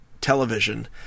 television